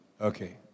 Okay